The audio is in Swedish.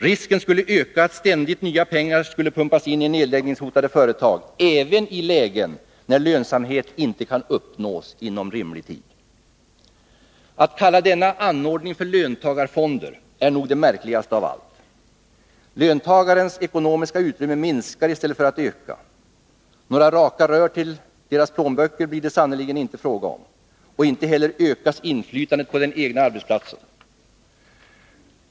Risken skulle öka att ständigt nya pengar pumpas in i nedläggningshotade företag, även i lägen då lönsamhet inte kan uppnås inom rimlig tid. Att kalla denna anordning för löntagarfonder är nog det märkligaste av allt. Löntagarens ekonomiska utrymme minskar i stället för att öka. Några raka rör till deras plånböcker blir det sannerligen inte fråga om. Inte heller ökas inflytandet på den egna arbetsplatsen.